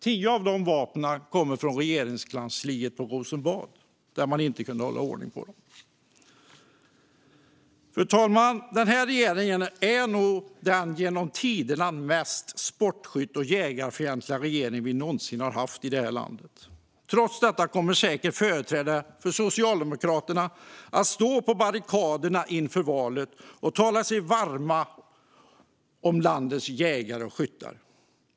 Tio av dessa vapen kommer från Regeringskansliet på Rosenbad där man inte kunde hålla ordning på dem. Fru talman! Denna regering är nog den mest sportskytte och jägarfientliga regeringen vi någonsin haft i det här landet. Trots detta kommer säkert företrädare för Socialdemokraterna att inför valet stå på barrikaderna och tala sig varma för landets jägare och skyttar.